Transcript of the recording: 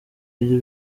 ibyo